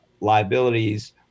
liabilities